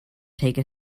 take